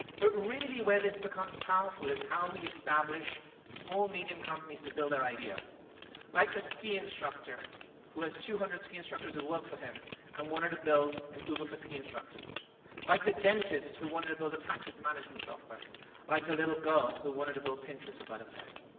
but really where this becomes powerful is how we establish small medium companies to build their idea like the ski instructor who has two hundred ski instructors who work for him and wanted to build an uber for ski instructors like the dentist who wanted to build a practice management software like the little girl who wanted to build pinterest for butterflies